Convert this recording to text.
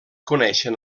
coneixen